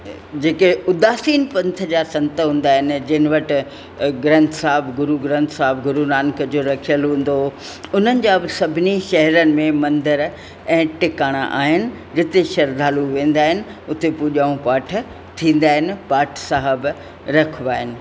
जेके उदासीन पंथ जा संत हूंदा आहिनि जिन वटि ग्रंथ साहब गुरू ग्रंथ साहिबु गुरू नानक जो रखियलु हुंदो हुओ उन्हनि जा बि सभिनी शहरनि में मंदरु ऐं टिकाणा आहिनि जिते श्रध्दालू वेंदा आहिनि उते पूॼाऊं पाठ थींदा आहिनि पाठ साहिबु रखिबा आहिनि